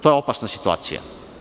To je opasna situacija.